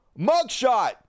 mugshot